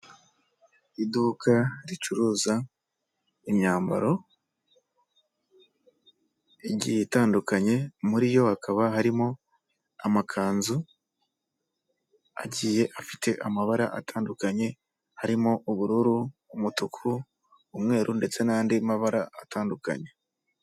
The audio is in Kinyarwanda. Iduka ricuruza imyambaro igiye itandukanye muri yo hakaba harimo amakanzu agiye afite amabara atandukanye, harimo ubururu, umutuku, umweru ndetse n'andi mabara atandukanye.